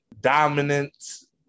dominance